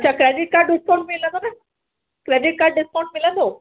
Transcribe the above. अच्छा credit card discount मिलंदो न क्रेडिट कार्ड डिस्काउंट मिलंदो